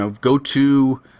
go-to